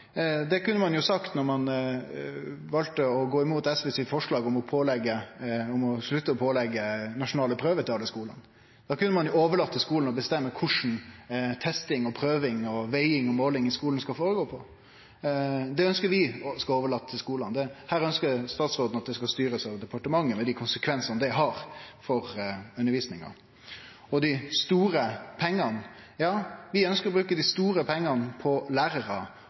det kunne ein sagt når ein valde å gå imot forslaget frå SV om å slutte å påleggje alle skular nasjonale prøver. Då kunne ein ha overlate til skulane å bestemme korleis testing og prøving, veging og måling i skulen skal gå føre seg. Det ønskjer vi skal overlatast til skulane, men statsråden ønskjer at det skal styrast av departementet med dei konsekvensane det har for undervisninga. Vi ønskjer å bruke dei store pengane på lærarar, noko som gjer at vi kan få ein betre skule. Viss ikkje det å satse på lærarar